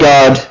God